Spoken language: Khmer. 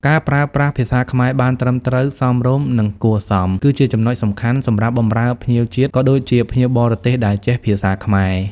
ការប្រើប្រាស់ភាសាខ្មែរបានត្រឹមត្រូវ សមរម្យ និងគួរសម គឺជាចំណុចសំខាន់សម្រាប់បម្រើភ្ញៀវជាតិ ក៏ដូចជាភ្ញៀវបរទេសដែលចេះភាសាខ្មែរ។